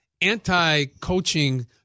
anti-coaching